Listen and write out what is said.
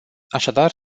așadar